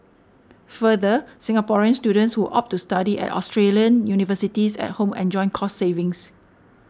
further Singaporean students who opt to study at Australian universities at home enjoy cost savings